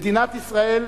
מדינת ישראל,